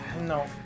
No